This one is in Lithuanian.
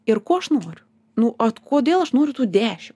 ir ko aš noriu nu ot kodėl aš noriu tų dešimt